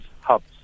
hubs